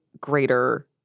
greater